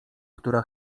która